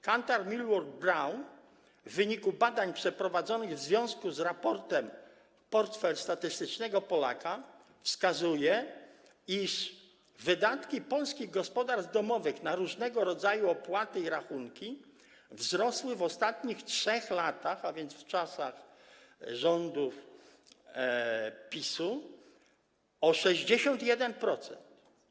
Kantar Millward Brown w wyniku badań przeprowadzonych w związku z raportem „Portfel statystycznego Polaka” wskazuje, iż wydatki polskich gospodarstw domowych na różnego rodzaju opłaty i rachunki wzrosły w ostatnich 3 latach, a więc w czasach rządów PiS-u, o 61%.